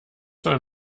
soll